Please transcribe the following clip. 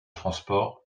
transports